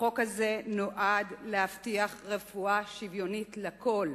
החוק הזה נועד להבטיח רפואה שוויונית לכול.